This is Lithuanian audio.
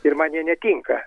ir man jie netinka